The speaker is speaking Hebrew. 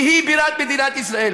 כי היא בירת מדינת ישראל.